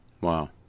Wow